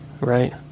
right